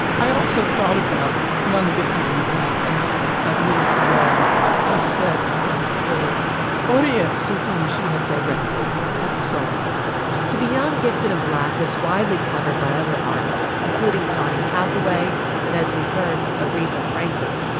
i also thought about young, gifted and black and what ah nina somone ah said about the audience to whom she had directed that song to be young, gifted and black was widely covered by other artists, including donny hathaway and as we heard, aretha franklin,